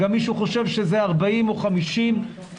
גם מי שחושב שזה 40 או 50 יוצר,